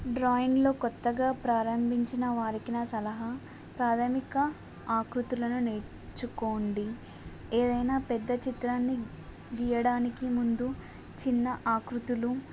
డ్రాయింగ్లో కొత్తగా ప్రారంభించిన వారికి నా సలహా ప్రాథమిక ఆకృతులను నేర్చుకోండి ఏదైనా పెద్ద చిత్రాన్ని గీయడానికి ముందు చిన్న ఆకృతులు